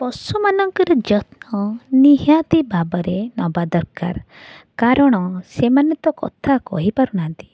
ପଶୁମାନଙ୍କର ଯତ୍ନ ନିହାତି ଭାବରେ ନବା ଦରକାର କାରଣ ସେମାନେ ତ କଥା କହିପାରୁ ନାହାଁନ୍ତି